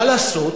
מה לעשות,